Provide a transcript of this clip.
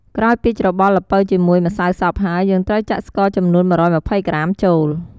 ក្រោយពីច្របល់ល្ពៅជាមួយម្សៅសព្វហើយ យើងត្រូវចាក់ស្ករចំនួន ១២០ក្រាមចូល។